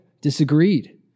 disagreed